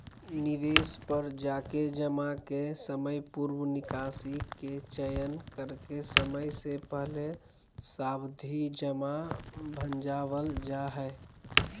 निवेश पर जाके जमा के समयपूर्व निकासी के चयन करके समय से पहले सावधि जमा भंजावल जा हय